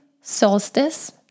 solstice